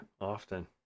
often